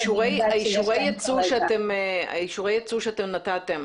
אישור היצוא שאתם נתתם,